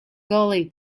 gully